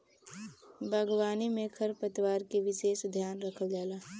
बागवानी में खरपतवार क विसेस ध्यान रखल जाला